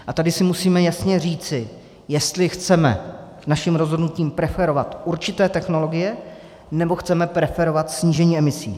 A tady si musíme jasně říci, jestli chceme naším rozhodnutím preferovat určité technologie, nebo chceme preferovat snížení emisí.